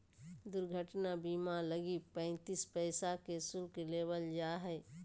दुर्घटना बीमा लगी पैंतीस पैसा के शुल्क लेबल जा हइ